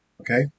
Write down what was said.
Okay